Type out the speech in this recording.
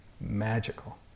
magical